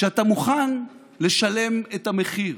שאתה מוכן לשלם את המחיר.